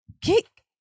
Kick